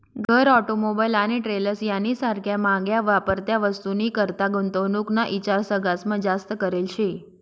घर, ऑटोमोबाईल आणि ट्रेलर्स यानी सारख्या म्हाग्या वापरत्या वस्तूनीकरता गुंतवणूक ना ईचार सगळास्मा जास्त करेल शे